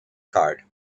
card